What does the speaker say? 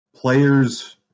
Players